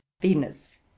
Venus